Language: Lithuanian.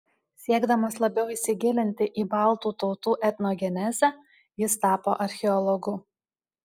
siekdamas labiau įsigilinti į baltų tautų etnogenezę jis tapo archeologu